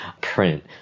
print